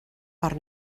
per